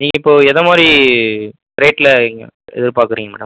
நீங்கள் இப்போது எது மாதிரி ரேட்டில் நீங்கள் எதிர்பார்க்குறீங்க மேடம்